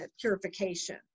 purification